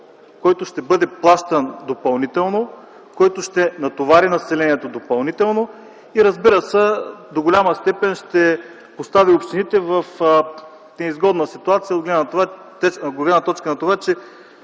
който ще бъде плащан допълнително, който ще натовари населението допълнително и, разбира се, до голяма степен ще постави общините в неизгодна ситуация от гледна точка на това, че